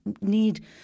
need